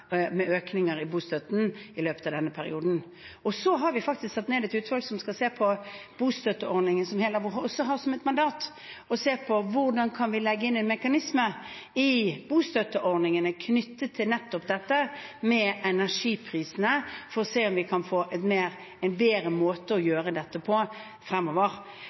økninger i bostøtten i løpet av denne perioden. Så har vi faktisk satt ned et utvalg som skal se på bostøtteordningen, og som også har som mandat å se på hvordan vi kan legge inn en mekanisme i bostøtteordningen knyttet til nettopp energiprisene, for å se om vi kan få en bedre måte å gjøre dette på fremover.